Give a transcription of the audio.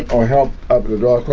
i help up at